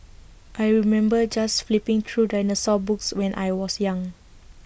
I remember just flipping through dinosaur books when I was young